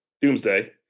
doomsday